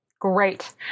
Great